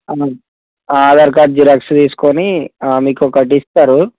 ఆ Aadhaar card xerox తీసుకుని మీకొకటి ఇస్తారు